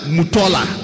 Mutola